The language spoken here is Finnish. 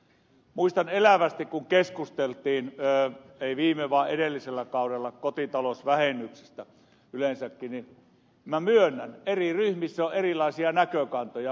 muistan elävästi kun keskusteltiin ei viime vaan edellisellä kaudella kotitalousvähennyksestä yleensäkin ja myönnän että eri ryhmissä on erilaisia näkökantoja